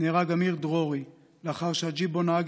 נהרג אמיר דרורי לאחר שהג'יפ שבו נהג